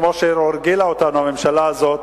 כפי שהרגילה אותנו הממשלה הזאת,